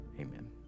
Amen